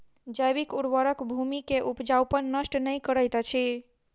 जैविक उर्वरक भूमि के उपजाऊपन नष्ट नै करैत अछि